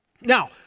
Now